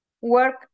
Work